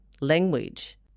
language